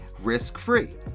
risk-free